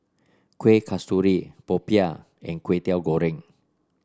Kuih Kasturi popiah and Kway Teow Goreng